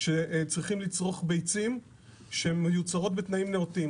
שצריכים לצרוך ביצים שמיוצרות בתנאים נאותים.